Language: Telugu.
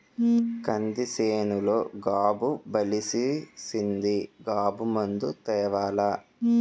కంది సేనులో గాబు బలిసీసింది గాబు మందు తేవాల